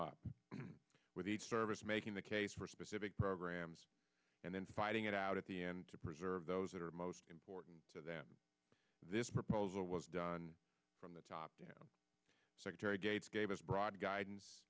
up with each service making the case for specific programs and then fighting it out at the end to preserve those that are most important to them this proposal was done from the top down secretary gates gave us broad guidance